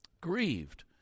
grieved